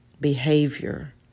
behavior